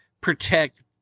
protect